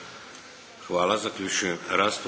Hvala. Zaključujem raspravu.